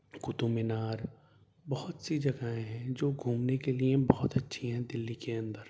قطب مینار بہت سی جگہیں ہیں جو گھومنے کے لیے بہت اچھی ہیں دلی کے اندر